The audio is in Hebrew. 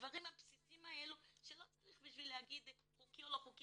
הדברים הבסיסיים האלה שלא צריך להגיד אם זה חוקי או לא חוקי